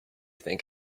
think